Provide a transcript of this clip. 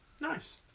Nice